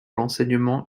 l’enseignement